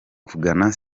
kugana